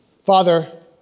Father